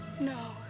No